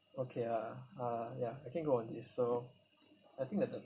okay uh uh ya I can go on this so I think that the